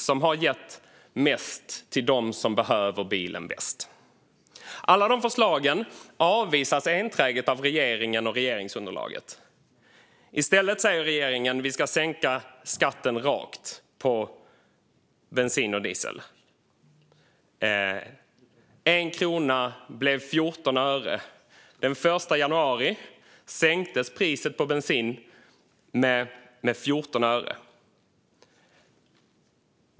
Vi har gett mest till dem som behöver bilen bäst. Alla dessa förslag avvisas enträget av regeringen och regeringsunderlaget. I stället säger regeringen: Vi ska sänka skatten rakt av på bensin och diesel. Av 1 krona blev det 14 öre. Den 1 januari sänktes priset på bensin med 14 öre.